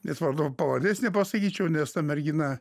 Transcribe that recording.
net vardo pavardės nepasakyčiau nes ta mergina